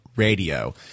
radio